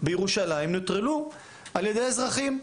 בירושלים נוטרלו על ידי אזרחים,